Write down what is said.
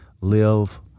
live